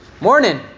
Morning